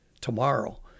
tomorrow